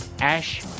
Ash